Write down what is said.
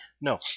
No